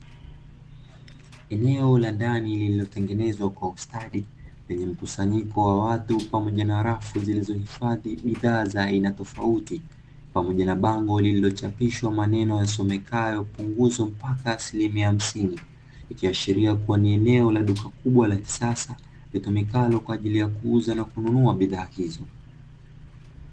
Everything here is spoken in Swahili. Eneo la ndani lililotengenezwa kwa ustadi, lenye mkusanyiko wa watu pamoja na rafu zilizohifadhi bidhaa za aina tofauti pamoja na bango lililochapishwa maneno yasomekayo punguzo la mpaka asilimia hamsini, ikiashiria kuwa ni eneo la duka kubwa la kisasa litumikalo kwa ajili ya kuuza na kununua bidhaa hizo.